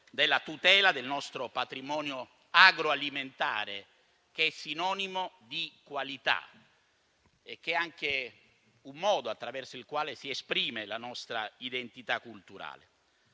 la tutela del nostro patrimonio agroalimentare, che è sinonimo di qualità e che è anche un modo attraverso il quale si esprime la nostra identità culturale.